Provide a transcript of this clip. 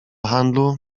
handlu